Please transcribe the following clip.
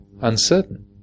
uncertain